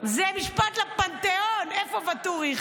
זה משפט לפנתאון, איפה ואטורי?